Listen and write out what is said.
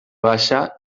baixa